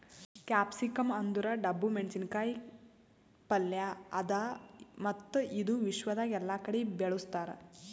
capsicum ಅಂದುರ್ ಡಬ್ಬು ಮೆಣಸಿನ ಕಾಯಿ ಪಲ್ಯ ಅದಾ ಮತ್ತ ಇದು ವಿಶ್ವದಾಗ್ ಎಲ್ಲಾ ಕಡಿ ಬೆಳುಸ್ತಾರ್